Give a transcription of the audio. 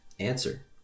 answer